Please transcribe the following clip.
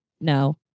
No